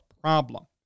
problem